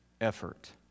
effort